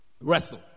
Wrestle